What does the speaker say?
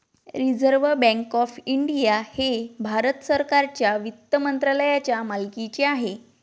reserve Bank of India हे भारत सरकारच्या वित्त मंत्रालयाच्या मालकीचे आहे